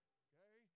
okay